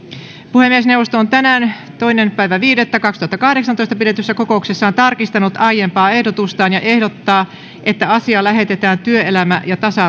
puhemiesneuvosto on tänään toinen viidettä kaksituhattakahdeksantoista pidetyssä kokouksessaan tarkistanut aiempaa ehdotustaan ja ehdottaa että asia lähetetään työelämä ja tasa